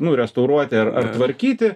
nu restauruoti ar ar tvarkyti